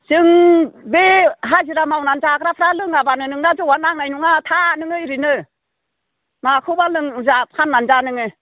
जों बे हाजिरा मावनानै जाग्राफ्रा लोङाब्लानो नोंना जौआ नांनाय नङा था नोङो ओरैनो माखौबा लों जा फाननानै जा नोङो